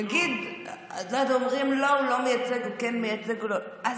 נגיד אומרים: הוא לא מייצג, הוא כן מייצג, אז